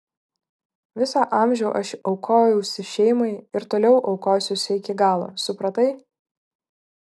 visą amžių aš aukojausi šeimai ir toliau aukosiuosi iki galo supratai